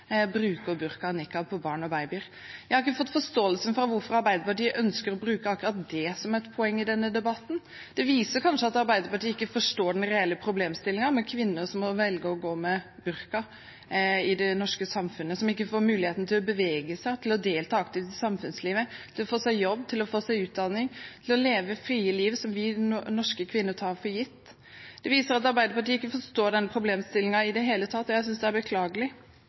bruker man burka og nikab på barn og babyer. Jeg har ikke fått forståelsen for hvorfor Arbeiderpartiet ønsker å bruke akkurat det som et poeng i denne debatten. Det viser kanskje at Arbeiderpartiet ikke forstår den reelle problemstillingen med kvinner som må gå med burka i det norske samfunnet, som ikke får muligheten til å bevege seg og delta aktivt i samfunnslivet, til å få seg jobb, til å få seg utdanning, til å leve det frie livet vi norske kvinner tar for gitt. Det viser at Arbeiderpartiet ikke forstår den problemstillingen i det hele tatt, og det synes jeg er beklagelig.